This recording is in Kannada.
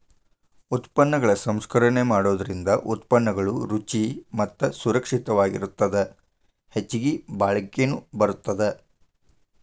ಉತ್ಪನ್ನಗಳ ಸಂಸ್ಕರಣೆ ಮಾಡೋದರಿಂದ ಉತ್ಪನ್ನಗಳು ರುಚಿ ಮತ್ತ ಸುರಕ್ಷಿತವಾಗಿರತ್ತದ ಹೆಚ್ಚಗಿ ಬಾಳಿಕೆನು ಬರತ್ತದ